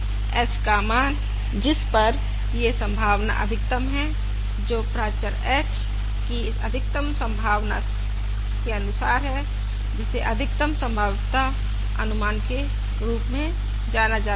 h का मान जिस पर यह संभावना अधिकतम है जो प्रचार h की अधिकतम संभावना से अनुसार है जिसे अधिकतम संभाव्यता अनुमान के रूप में जाना जाता है